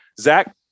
Zach